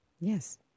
Yes